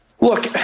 Look